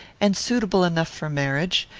and suitable enough for marriage.